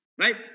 Right